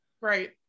Right